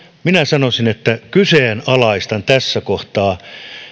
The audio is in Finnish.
minä sanoisin että kyseenalaistan tässä kohtaa